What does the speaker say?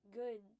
good